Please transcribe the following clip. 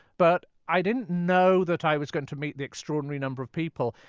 but i didn't know that i was going to meet the extraordinary number of people.